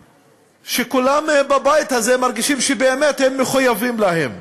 שכולם בבית הזה מרגישים שהם באמת מחויבים להם.